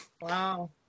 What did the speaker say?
Wow